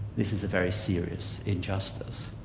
this is a very serious injustice.